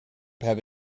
have